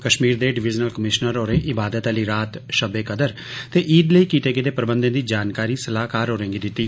कश्मीर दे divisional commissioner होरें इबादत आहली रात शबे कदर ते ईंद लेई कीते गेदे प्रबंधे दी जानकारी सलाहकार होरें गी दित्ती